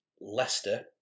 Leicester